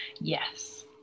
yes